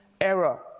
error